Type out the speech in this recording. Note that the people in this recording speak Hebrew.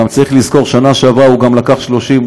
גם צריך לזכור: בשנה שעברה הוא גם לקח 30,